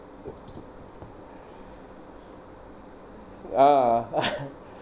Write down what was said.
a'ah ah